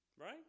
right